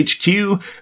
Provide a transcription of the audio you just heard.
HQ